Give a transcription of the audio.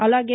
అలాగే